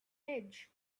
edge